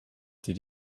did